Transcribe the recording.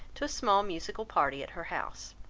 to a small musical party at her house.